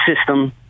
system